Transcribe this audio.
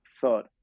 thought